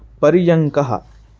पर्यङ्कः